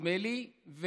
נדמה לי.